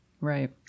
right